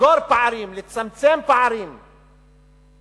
לסגור פערים, לצמצם פערים חברתיים-כלכליים,